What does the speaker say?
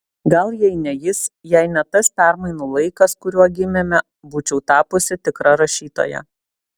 gal jei ne jis jei ne tas permainų laikas kuriuo gimėme būčiau tapusi tikra rašytoja